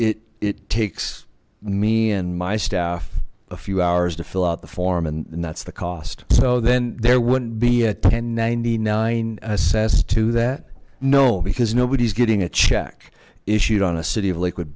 it it takes me and my staff a few hours to fill out the form and that's the cost so then there wouldn't be a one thousand and ninety nine assessed to that no because nobody's getting a check issued on a city of liquid